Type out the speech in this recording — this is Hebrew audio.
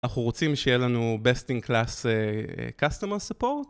אנחנו רוצים שיהיה לנו best-in-class customer support